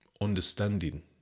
understanding